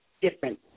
different